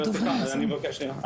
אני כבר מסיים,